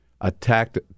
attacked